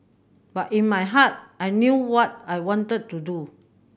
but in my heart I knew what I wanted to do